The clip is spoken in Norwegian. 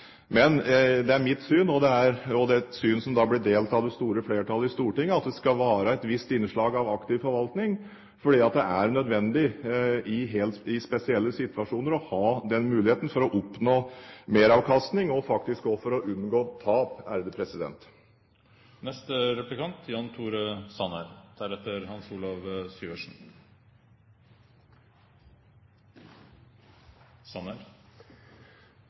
Men mitt syn – og det er et syn som blir delt av det store flertallet i Stortinget – er at det skal være et visst innslag av aktiv forvaltning, fordi det er nødvendig i spesielle situasjoner å ha den muligheten for å oppnå meravkastning, og faktisk også for å unngå tap.